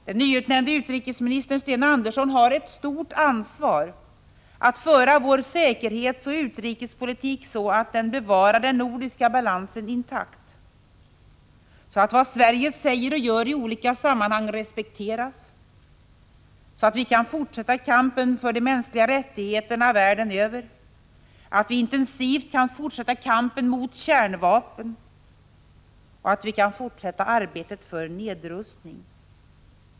Den nyutnämnde utrikesministern Sten Andersson har ett stort ansvar för att föra vår säkerhetsoch utrikespolitik så, att den bevarar den nordiska balansen intakt, att vad Sverige säger och gör i olika sammanhang respekteras, att vi kan fortsätta kampen för de mänskliga rättigheterna världen över, att vi intensivt kan fortsätta kampen mot kärnvapen och att vi kan fortsätta arbetet för nedrustning.